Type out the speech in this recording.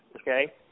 Okay